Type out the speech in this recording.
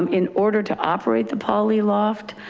um in order to operate the poly loft,